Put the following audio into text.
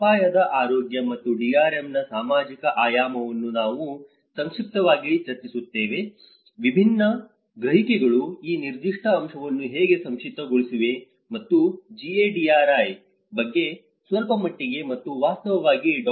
ಅಪಾಯದ ಆರೋಗ್ಯ ಮತ್ತು DRM ನ ಸಾಮಾಜಿಕ ಆಯಾಮವನ್ನು ನಾನು ಸಂಕ್ಷಿಪ್ತವಾಗಿ ಚರ್ಚಿಸುತ್ತೇನೆ ವಿಭಿನ್ನ ಗ್ರಹಿಕೆಗಳು ಈ ನಿರ್ದಿಷ್ಟ ಅಂಶವನ್ನು ಹೇಗೆ ಸಂಕ್ಷಿಪ್ತಗೊಳಿಸಿವೆ ಮತ್ತು GADRI ಬಗ್ಗೆ ಸ್ವಲ್ಪಮಟ್ಟಿಗೆ ಮತ್ತು ವಾಸ್ತವವಾಗಿ ಡಾ